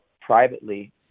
privately